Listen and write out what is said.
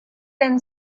been